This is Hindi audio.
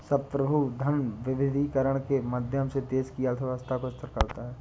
संप्रभु धन विविधीकरण के माध्यम से देश की अर्थव्यवस्था को स्थिर करता है